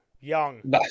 Young